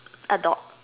a dog